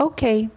Okay